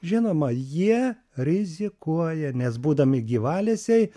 žinoma jie rizikuoja nes būdami gyvalesiai